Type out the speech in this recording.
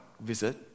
visit